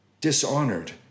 dishonored